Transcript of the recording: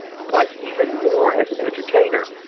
but even more as an entertainer.